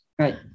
Right